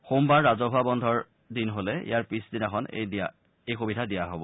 সোমবাৰ ৰাজহুৱা বন্ধৰ দিনৰ হ'লে ইয়াৰ পিছ দিনাখন এই দিয়া হব